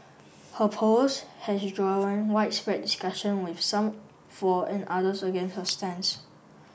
her post has drawn widespread discussion with some for and others against her stance